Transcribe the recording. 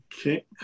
Okay